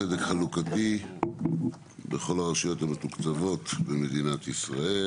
(צדק חלוקתי בכל הרשויות המתוקצבות במדינת ישראל),